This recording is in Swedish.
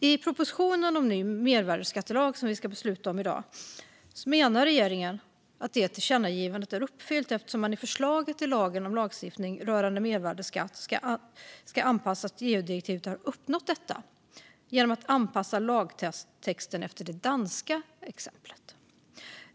I propositionen om ny mervärdesskattelag som vi ska besluta om i dag menar regeringen att detta tillkännagivande är uppfyllt, eftersom man i förslaget i lagen om hur lagstiftningen rörande mervärdesskatt ska anpassas till EU-direktivet har uppnått detta genom att anpassa lagtexten efter det danska exemplet.